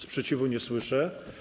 Sprzeciwu nie słyszę.